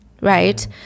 right